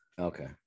Okay